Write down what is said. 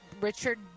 Richard